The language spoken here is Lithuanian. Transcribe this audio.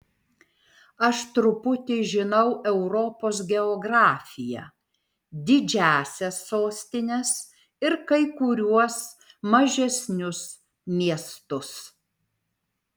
aš truputį žinau europos geografiją didžiąsias sostines ir kai kuriuos mažesnius miestus